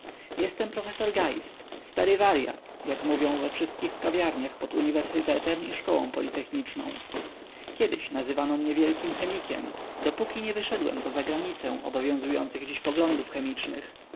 jestem profesor geist stary waryat jak mówią we wszystkich kawiarniach pod uniwersytetem i szkołą politechniczną kiedyś nazywano mnie wielkim chemikiem dopóki nie wyszedłem poza granicę dziś obowiązujących poglądów chemicznych